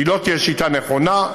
לא תהיה שיטה נכונה.